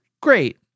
great